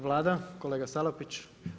Vlada, kolega Salapić?